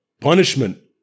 punishment